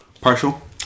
Partial